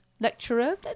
lecturer